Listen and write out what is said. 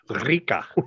Rica